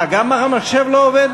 מה, גם המחשב לא עובד?